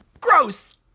Gross